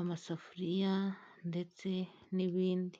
amasafuriya ndetse n'ibindi.